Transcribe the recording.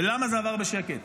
ולמה זה עבר בשקט?